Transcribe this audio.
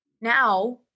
now